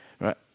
right